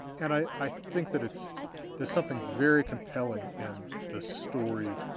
and i think that it's there's something very compelling in the story,